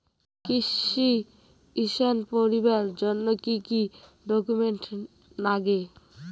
কৃষি ঋণ পাবার জন্যে কি কি ডকুমেন্ট নাগে?